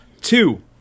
two